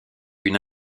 une